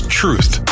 truth